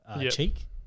cheek